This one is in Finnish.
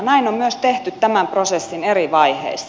näin on myös tehty tämän prosessin eri vaiheissa